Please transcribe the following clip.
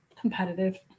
competitive